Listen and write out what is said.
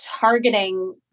targeting